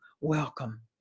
welcome